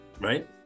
right